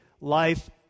life